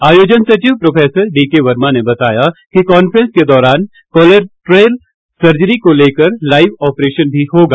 आयोजन सचिव professor DK Varma ने बताया कि कांफ्रेंस के दौरान कोलोरेक्टल सर्जरी को लेकर लाईव ऑपरेशन मी होगा